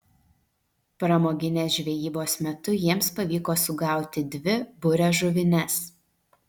pramoginės žvejybos metu jiems pavyko sugauti dvi buriažuvines